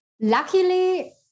luckily